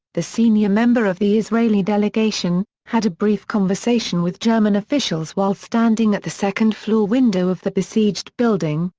the senior member of the israeli delegation, had a brief conversation with german officials while standing at the second-floor window of the besieged building,